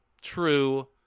True